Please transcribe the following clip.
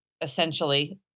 essentially